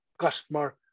customer